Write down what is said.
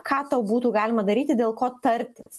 ką tau būtų galima daryti dėl ko tartis